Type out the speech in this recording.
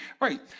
right